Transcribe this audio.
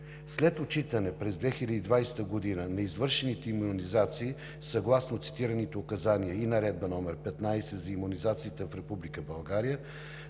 След отчитане през 2020 г. на извършените имунизации съгласно цитираните указания и Наредба № 15 за имунизациите в